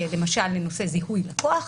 למשל לנושא זיהוי לקוח,